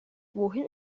wohin